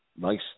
nice